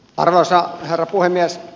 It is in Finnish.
arvoisa herra puhemies